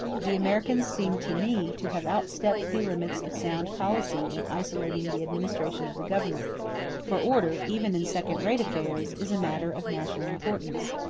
the americans seem to me to have outstepped the limits of sound policy in isolating the administration of the government for order, even in second-rate affairs, is a matter of national importance.